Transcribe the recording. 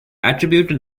attributed